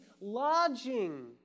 lodging